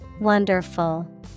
Wonderful